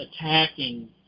attacking